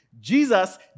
Jesus